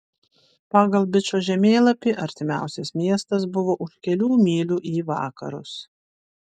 pagal bičo žemėlapį artimiausias miestas buvo už kelių mylių į vakarus